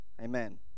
Amen